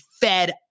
fed